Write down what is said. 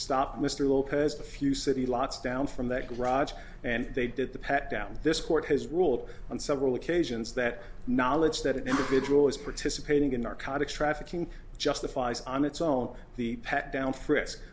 stopped mr lopez a few city blocks down from that garage and they did the pat down this court has ruled on several occasions that knowledge that an individual is participating in their contacts trafficking justifies on its own the pat down frisk